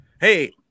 hey